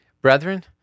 Brethren